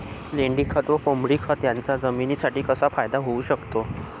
लेंडीखत व कोंबडीखत याचा जमिनीसाठी कसा फायदा होऊ शकतो?